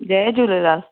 Jay Jhulelal